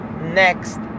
next